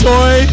Toy